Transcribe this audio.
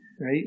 right